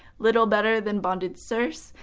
little better than bonded serfs,